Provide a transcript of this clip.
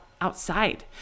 outside